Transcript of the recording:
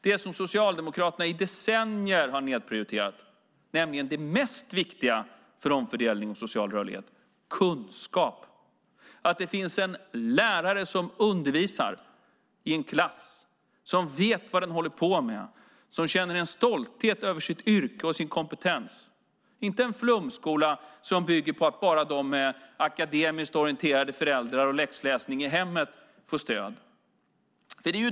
Det som Socialdemokraterna i decennier har nedprioriterat, nämligen det mest viktiga för omfördelning och social rörlighet, är kunskap, att det finns en lärare som undervisar i en klass som vet vad den håller på med, som känner en stolthet över sitt yrke och sin kompetens, inte en flumskola som bygger på att bara de med akademiskt orienterade föräldrar och läxläsning i hemmet får stöd.